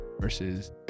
versus